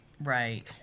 Right